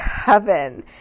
Coven